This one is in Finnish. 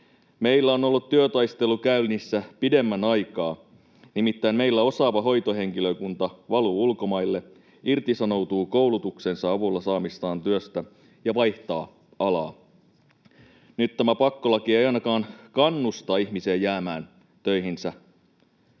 Meillä on ollut työtaistelu käynnissä pidemmän aikaa, nimittäin meillä osaava hoitohenkilökunta valuu ulkomaille, irtisanoutuu koulutuksensa avulla saamastaan työstä ja vaihtaa alaa. Nyt tämä pakkolaki ei ainakaan kannusta ihmisiä jäämään töihinsä.